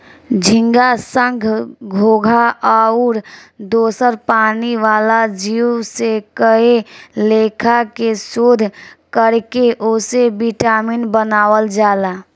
झींगा, संख, घोघा आउर दोसर पानी वाला जीव से कए लेखा के शोध कर के ओसे विटामिन बनावल जाला